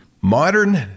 Modern